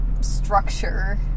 structure